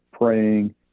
praying